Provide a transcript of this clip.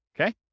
Okay